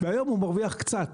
והיום הוא מרוויח קצת.